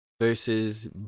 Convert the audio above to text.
Versus